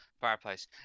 fireplace